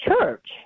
church